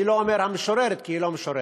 אני לא אומר: המשוררת, כי היא לא משוררת.